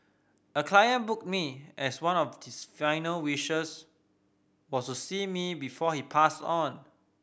a client booked me as one of his final wishes was to see me before he passed on